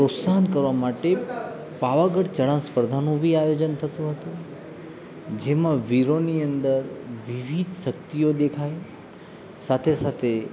પ્રોત્સાહન કરવા માટે પાવાગઢ ચઢાણ સ્પર્ધાનું બી આયોજન થતું હતું જેમાં વીરોની અંદર વિવિધ શક્તિઓ દેખાય સાથે સાથે